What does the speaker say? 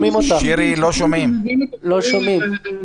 המשפט, ההרגשה שלנו שדיוני הארכת מעצר